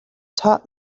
taught